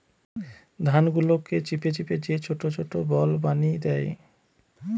ধান গুলাকে চিপে যে ছোট ছোট বল বানি দ্যায়